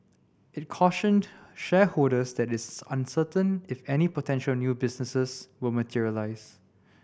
it cautioned shareholders that it is uncertain if any potential new business will materialise